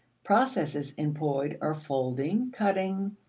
processes employed are folding, cutting,